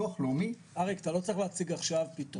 אתה לא צריך להציג עכשיו פתרונות.